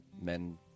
men